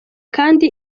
kandi